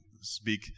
speak